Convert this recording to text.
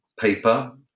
paper